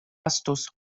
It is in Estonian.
astus